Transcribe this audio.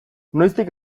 noiztik